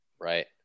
Right